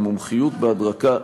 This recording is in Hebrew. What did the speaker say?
עם מומחיות בהדרכה.